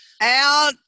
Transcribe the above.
out